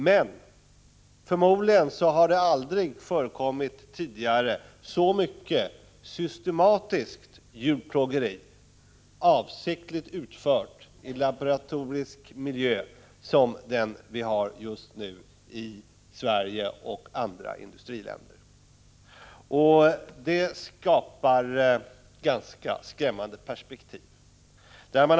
Men förmodligen har det aldrig tidigare förekommit så mycket systematiskt djurplågeri, avsiktligt utfört i laboratoriemiljö, som det som vi har just nu i Sverige och i andra industriländer. Detta ger ganska skrämmande perspektiv.